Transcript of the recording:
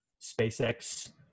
SpaceX